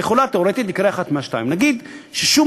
הרי יכול תיאורטית לקרות אחד מהשניים: נגיד ששום